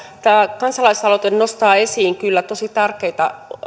tämä kansalaisaloite nostaa esiin kyllä tosi tärkeitä